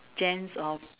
gens of